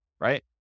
right